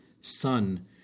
son